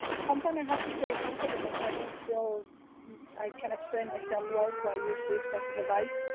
sometimes i have to create concept because i don't feel i can explain myself well so i use this as a device.